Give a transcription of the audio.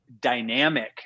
dynamic